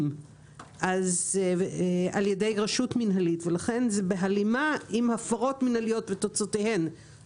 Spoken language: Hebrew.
על ידי רשות מינהלית ולכן זה בהלימה עם הפרות מינהליות ותוצאותיהן.